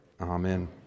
Amen